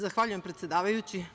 Zahvaljujem, predsedavajući.